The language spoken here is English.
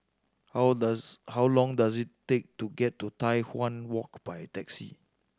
how does how long does it take to get to Tai Hwan Walk by taxi